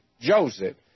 Joseph